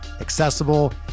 accessible